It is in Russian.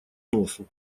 носу